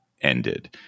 ended